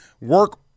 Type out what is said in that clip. work